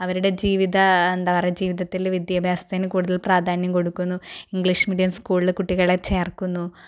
അവരുടെ ജീവിത എന്താ പറയുക ജീവിതത്തിൽ വിദ്യാഭ്യാസത്തിന് കൂടുതൽ പ്രാധാന്യം കൊടുക്കുന്നു ഇംഗ്ലീഷ് മീഡിയം സ്കൂളിൽ കുട്ടികളെ ചേർക്കുന്നു